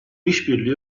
işbirliği